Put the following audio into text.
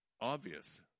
obvious